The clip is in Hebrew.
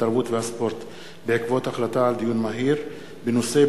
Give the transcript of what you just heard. התרבות והספורט בעקבות דיון מהיר בנושא: